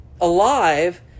alive